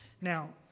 Now